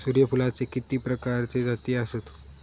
सूर्यफूलाचे किती प्रकारचे जाती आसत?